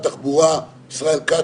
הוא לא נותן מענה לסוגיה של נישואים אזרחיים,